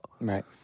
Right